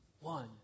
one